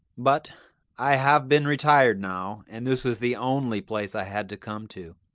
but i have been retired now, and this was the only place i had to come to.